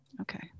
Okay